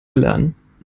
erlernen